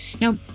Now